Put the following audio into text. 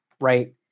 right